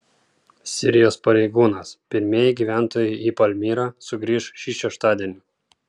sirijos pareigūnas pirmieji gyventojai į palmyrą sugrįš šį šeštadienį